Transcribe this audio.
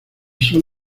sol